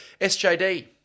SJD